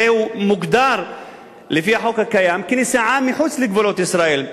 זה מוגדר לפי החוק הקיים כנסיעה מחוץ לגבולות ישראל.